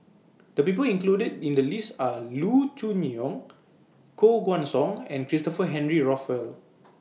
The People included in The list Are Loo Choon Yong Koh Guan Song and Christopher Henry Rothwell